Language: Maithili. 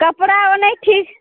कपड़ाओ नहि ठीक